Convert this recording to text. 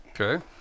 Okay